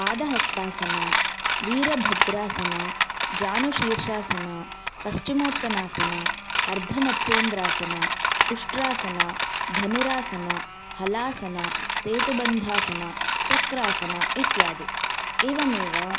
पादहस्तासना वीरभद्रासना जानुशीर्षासना पश्चिमोत्तनासना अर्धमत्स्येन्द्रासना उष्ट्रासना धनुरासना हलासना सेतुबन्धासना चक्रासना इत्यादि एवमेव